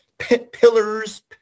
Pillars